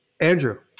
Andrew